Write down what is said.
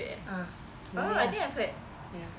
ah oh ya